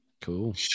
Cool